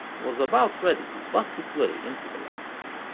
was about ready to bust its way into the light.